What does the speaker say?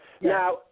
now